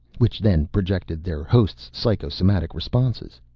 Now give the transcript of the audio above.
which then projected their hosts' psychosomatic responses.